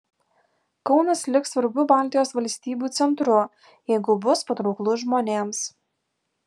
kaunas liks svarbiu baltijos valstybių centru jeigu bus patrauklus žmonėms